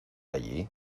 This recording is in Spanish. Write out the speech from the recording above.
allí